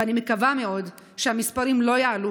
ואני מקווה מאוד שהמספרים לא יעלו,